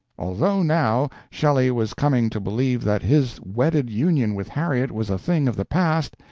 although now shelley was coming to believe that his wedded union with harriet was a thing of the past,